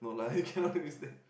no lah you cannot use that